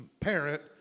parent